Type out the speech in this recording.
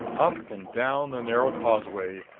up and down the narrow causeway,